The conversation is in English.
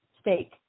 State